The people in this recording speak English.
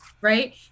right